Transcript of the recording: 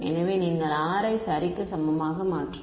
எனவே நீங்கள் R யை சரிக்கு சமமாக மாற்றவும்